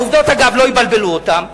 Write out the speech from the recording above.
העובדות, אגב, לא יבלבלו אותם.